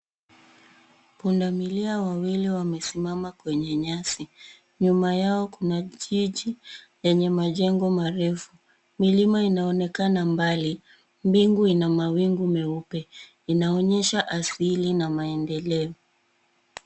Punda milia wawili wamesimama kwenye nyasi nyuma yao kuna jiji yenye majengo marefu milima inaonekana mbali. Mbingu ina mawingu meupe inaonyesha asili na maendeleo.